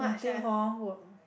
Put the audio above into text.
nothing hor work